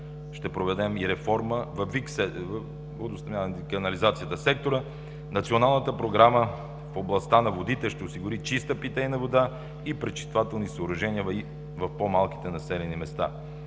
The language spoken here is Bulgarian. Ще проведем и реформа във ВиК сектора. Националната програма в областта на водите ще осигури чиста питейна вода и пречиствателни съоръжения и в по-малките населени места.